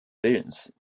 willens